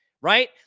right